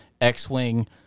X-Wing